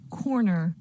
corner